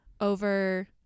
over